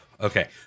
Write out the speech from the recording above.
Okay